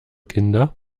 kinder